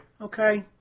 Okay